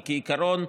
כעיקרון,